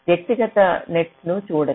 వ్యక్తిగత నెట్స్ను చూడరు